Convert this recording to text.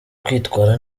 kwitwara